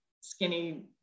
skinny